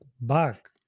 back